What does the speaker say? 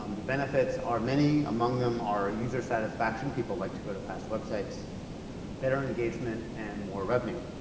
um the benefits are many, among them are user satisfaction people like to go to fast website better engagement, and more revenue.